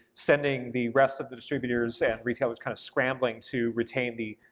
sending the rest of the distributors and retailers kind of scrambling to retain the